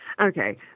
Okay